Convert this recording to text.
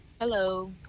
hello